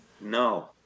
No